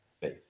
faith